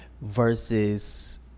versus